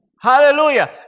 Hallelujah